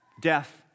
death